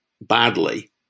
badly